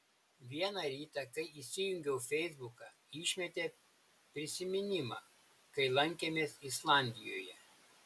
vieną rytą kai įsijungiau feisbuką išmetė prisiminimą kai lankėmės islandijoje